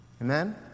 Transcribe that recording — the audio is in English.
Amen